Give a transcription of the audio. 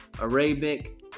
Arabic